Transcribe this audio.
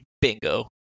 bingo